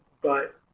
but